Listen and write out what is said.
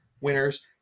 winners